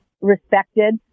respected